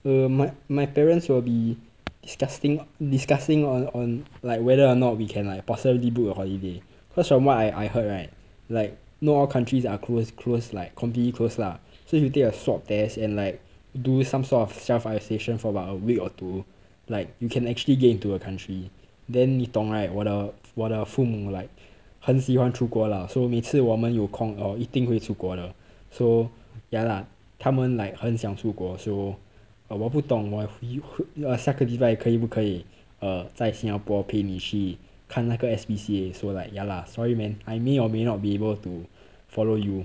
um my my parents will be discussin~ discussing on on like whether or not we can like possibly book a holiday because from what I heard right like not all countries are close~ closed like completely closed lah so if you take a swab test and like do some sort of self isolation for about a week or two like you can actually get into a country then 你懂 right 我的我的父母 like 很喜欢出国啦 so 每次我们有空 err 一定出国的 so ya lah 他们 like 很想出国 so 我不懂我下个礼拜可以不可以 err 在新加坡陪你去看那个 S_P_C_A so like ya lah sorry man I may or may not be able to follow you